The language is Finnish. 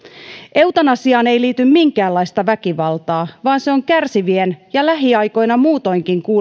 eutanasiaan ei liity minkäänlaista väkivaltaa vaan se on kärsivien ja lähiaikoina muutoinkin